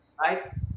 Right